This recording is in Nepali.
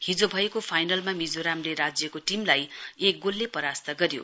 हिजो भएको फाइनलमा मिजोरामले राज्यको टीमलाई एक गोलले परास्त गर्यो